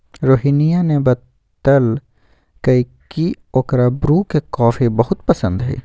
रोहिनीया ने बतल कई की ओकरा ब्रू के कॉफी बहुत पसंद हई